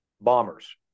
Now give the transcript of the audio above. bombers